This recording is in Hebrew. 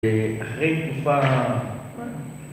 אחרי תקופה